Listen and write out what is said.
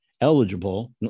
eligible